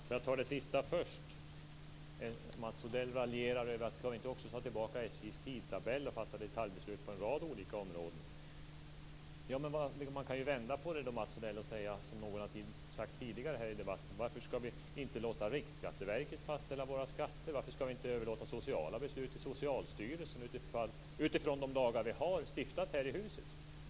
Fru talman! Låt mig ta upp det sista först. Mats Odell raljerade och sade att vi kanske skulle ta tillbaka detaljbeslut om SJ:s tidtabeller och sådant på en rad olika områden. Man kan också vända på saken, Mats Odell och fråga, som någon har gjort tidigare här i debatten, varför vi inte skall låta Riksskatteverket fastställa våra skatter och inte skall överlåta sociala beslut till Socialstyrelsen, utifrån de lagar som vi har stiftat här i huset.